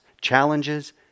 challenges